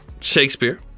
Shakespeare